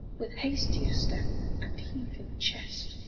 with hastier step and heaving chest.